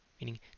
meaning